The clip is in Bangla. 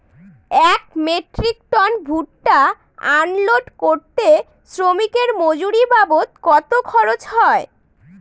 এক মেট্রিক টন ভুট্টা আনলোড করতে শ্রমিকের মজুরি বাবদ কত খরচ হয়?